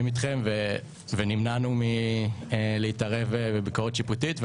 איתכם ונמנענו מלהתערב בביקורת שיפוטית.